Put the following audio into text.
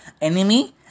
enemy